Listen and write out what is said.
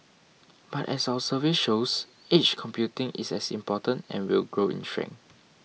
but as our survey shows edge computing is as important and will grow in strength